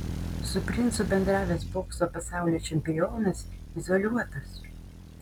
su princu bendravęs bokso pasaulio čempionas izoliuotas